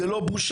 זה לא בושה,